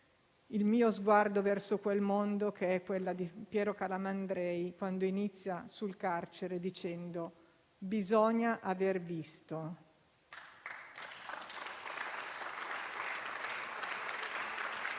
il mio sguardo verso quel mondo, che è quella di Piero Calamandrei, quando inizia, sul carcere, dicendo: «Bisogna aver visto».